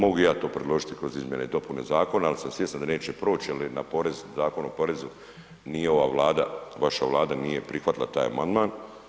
Mogu ja to predložiti kroz izmjene i dopune zakona, ali sam svjestan da neće proći jer Zakon o porezu nije ova Vlada, vaša Vlada nije prihvatila taj amandman.